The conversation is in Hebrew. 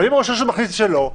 מה אם ראש הרשות מחליט על שלו,